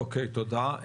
אוקיי, תודה.